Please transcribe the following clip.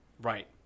right